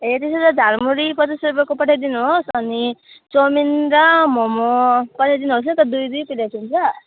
ए त्यसो भए झालमुरी पचास रुपियाँको पठाइदिनु होस् अनि चाउमिन र मोमो पठाइदिनु होस् न त दुई दुई प्लेट हुन्छ